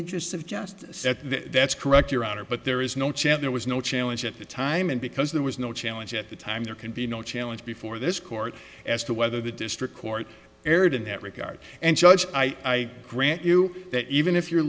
interests of justice that's correct your honor but there is no chance there was no challenge at the time and because there was no challenge at the time there can be no challenge before this court as to whether the district court erred in that regard and judge i grant you that even if you're